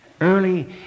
early